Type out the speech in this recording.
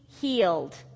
healed